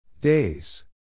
Days